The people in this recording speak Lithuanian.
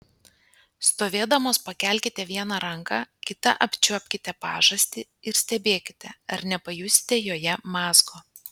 stovėdamos pakelkite vieną ranką kita apčiuopkite pažastį ir stebėkite ar nepajusite joje mazgo